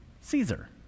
Caesar